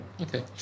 okay